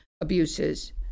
abuses